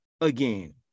again